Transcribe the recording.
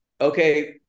okay